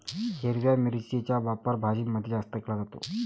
हिरव्या मिरचीचा वापर भाज्यांमध्ये जास्त केला जातो